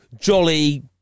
jolly